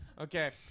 Okay